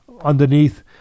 underneath